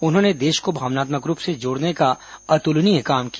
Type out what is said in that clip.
उन्होंने देश को भावनात्मक रूप से जोड़ने का अतुलनीय काम किया